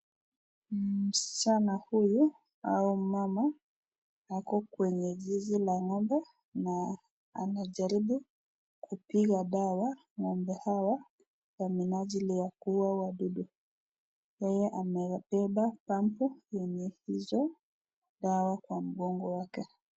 Msichana huyu au mama ako kwenye zizi ka ng'ombe na anajaribu kupiga dawa ng'ombe hawa kwa minajili ya kuuwa wadudu, yeye anabeba pampu yenye hizo dawa kwa mgongo wake.